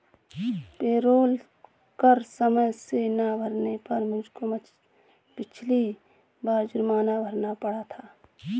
payroll कर समय से ना भरने पर मुझको पिछली बार जुर्माना भरना पड़ा था